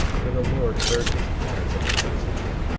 for the lord heard his prayers and answered them,